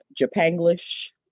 japanglish